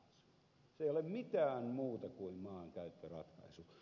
se ei ole mitään muuta kuin maankäyttöratkaisu